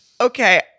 Okay